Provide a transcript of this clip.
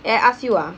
eh I ask you ah